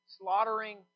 slaughtering